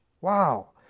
wow